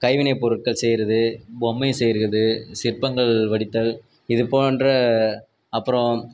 கைவினைப்பொருட்கள் செய்கிறது பொம்மை செய்கிறது சிற்பங்கள் வடித்தல் இதுபோன்ற அப்புறம்